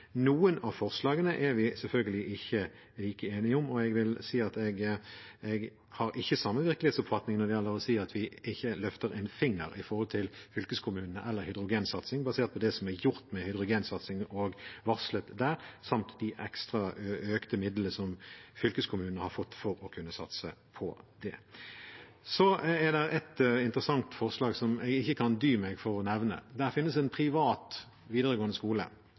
Noen av forslagene er vi selvfølgelig ikke like enige om, og jeg vil si at jeg har ikke samme virkelighetsoppfatning når det gjelder å si at vi ikke løfter en finger med tanke på fylkeskommunene eller hydrogensatsing, basert på det som er gjort med hydrogensatsing og varslet der, samt de ekstra økte midlene som fylkeskommunene har fått for å kunne satse på det. Så er det et interessant forslag som jeg ikke kan dy meg for å nevne. Det finnes en privat videregående skole